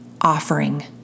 offering